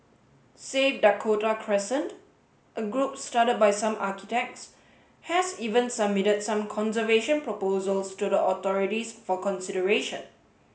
save Dakota Crescent a group started by some architects has even submitted some conservation proposals to the authorities for consideration